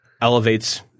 elevates